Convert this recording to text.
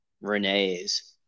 Renee's